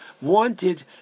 wanted